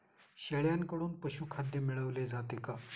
शेळ्यांकडून पशुखाद्य मिळवले जाते का?